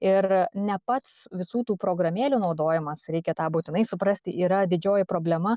ir ne pats visų tų programėlių naudojimas reikia tą būtinai suprasti yra didžioji problema